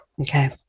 okay